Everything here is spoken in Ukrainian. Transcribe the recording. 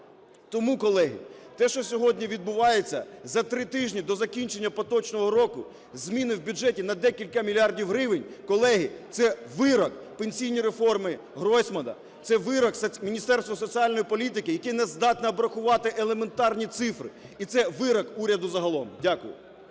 Тому, колеги, те, що сьогодні відбувається за три тижні до закінчення поточного року, зміни в бюджеті на декілька мільярдів гривень, колеги, це вирок пенсійній реформі Гройсмана, це вирок Міністерству соціальної політики, яке не здатне обрахувати елементарні цифри, і це вирок уряду загалом. Дякую.